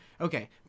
okay